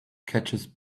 catches